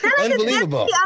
Unbelievable